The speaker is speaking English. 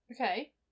Okay